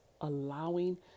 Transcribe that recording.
allowing